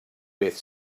beth